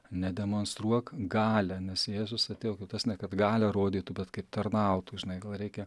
nedemonstruok galią nes jėzus atėjo kaip tas ne kad galią rodytų bet kaip tarnautų žinai gal reikia